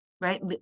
right